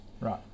Right